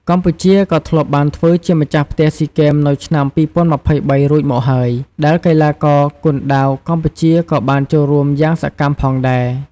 កម្ពុជាក៏ធ្លាប់បានធ្វើជាម្ចាស់ផ្ទះស៊ីហ្គេមនៅឆ្នាំ២០២៣រួចមកហើយ ដែលកីឡាករគុនដាវកម្ពុជាក៏បានចូលរួមយ៉ាងសកម្មផងដែរ។